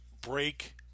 break